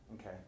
Okay